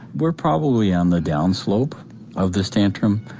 we're probably on the down slope of this tantrum.